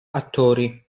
attori